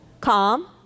Calm